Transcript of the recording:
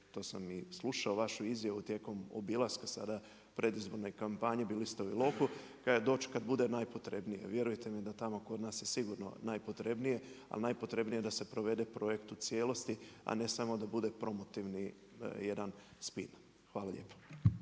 to sam i slušao vašu izjavu tijekom obilaska sada predizborne kampanje, bili ste u Iloku, kaže doću kad bude najpotrebnije. Vjerujte mi da tamo kod nas je sigurno najpotrebnije ali najpotrebnije da se provede projekt u cijelosti, a ne samo da bude promotivni jedan spin. Hvala lijepo.